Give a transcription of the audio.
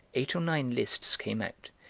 eight or nine lists came out,